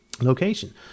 location